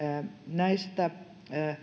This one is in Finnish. näistä